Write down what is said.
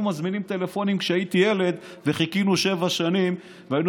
שהיינו מזמינים טלפונים וחיכינו שבע שנים והיינו